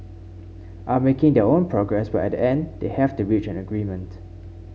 are making their own progress but at the end they will have to reach an agreement